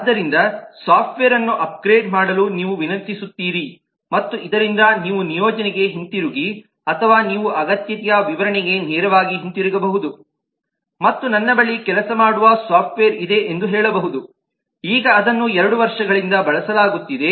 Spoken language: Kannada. ಆದ್ದರಿಂದ ಸಾಫ್ಟ್ವೇರ್ ಅನ್ನು ಅಪ್ಗ್ರೇಡ್ ಮಾಡಲು ನೀವು ವಿನಂತಿಸುತ್ತೀರಿ ಮತ್ತು ಇದರಿಂದ ನೀವು ನಿಯೋಜನೆಗೆ ಹಿಂತಿರುಗಿ ಅಥವಾ ನೀವು ಅಗತ್ಯತೆಯ ವಿವರಣೆಗೆ ನೇರವಾಗಿ ಹಿಂತಿರುಗಬಹುದು ಮತ್ತು ನನ್ನ ಬಳಿ ಕೆಲಸ ಮಾಡುವ ಸಾಫ್ಟ್ವೇರ್ ಇದೆ ಎಂದು ಹೇಳಬಹುದು ಈಗ ಅದನ್ನು 2 ವರ್ಷಗಳಿಂದ ಬಳಸಲಾಗುತ್ತಿದೆ